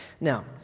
Now